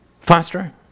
faster